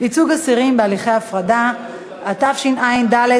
הוא חשב שזה אמור להידלק לבד.